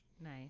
Nice